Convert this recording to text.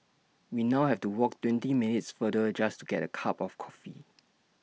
we now have to walk twenty minutes farther just to get A cup of coffee